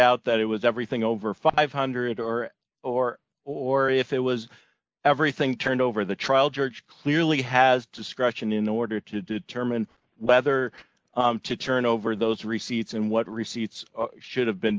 out that it was everything over five hundred dollars or or or if it was everything turned over the trial judge clearly has discretion in order to determine whether to turn over those receipts and what receipts should have been